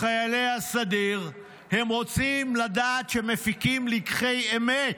לחיילי הסדיר, הם רוצים לדעת שמפיקים לקחי אמת.